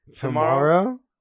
tomorrow